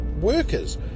workers